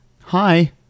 hi